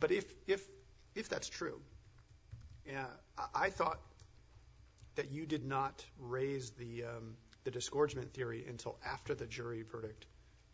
but if if if that's true yeah i thought that you did not raise the the discordant theory until after the jury verdict